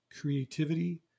creativity